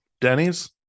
Denny's